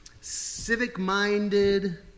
civic-minded